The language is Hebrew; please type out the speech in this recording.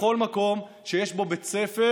בכל מקום שיש בו בית ספר,